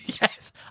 Yes